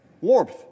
warmth